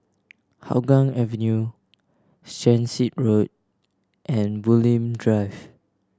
Hougang Avenue Transit Road and Bulim Drive